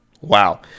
wow